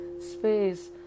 space